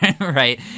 Right